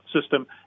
system